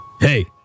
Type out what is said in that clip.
Hey